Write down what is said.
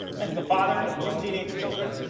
as the father of two teenage children,